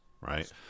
right